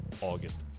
August